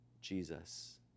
Jesus